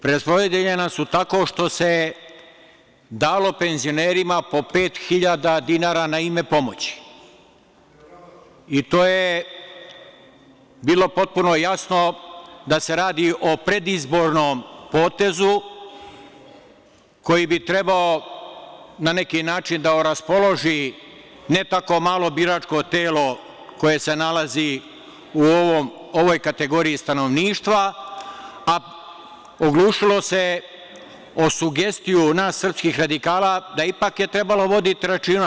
Preraspodeljena su tako što se dalo penzionerima po pet hiljada dinara na ime pomoći i to je bilo potpuno jasno da se radi o predizbornom potezu koji bi trebao, na neki način, da oraspoloži ne tako malo biračko telo koje se nalazi u ovoj kategoriji stanovništva, a oglušilo se o sugestiju nas srpskih radikala da ipak je trebalo voditi računa.